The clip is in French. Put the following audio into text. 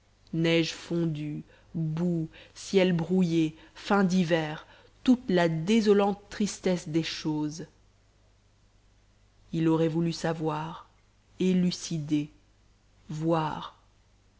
sactivait neige fondue boues ciels brouillés fin d'hiver toute la désolante tristesse des choses il aurait voulu savoir élucider voir